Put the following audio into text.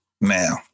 Now